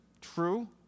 true